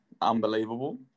unbelievable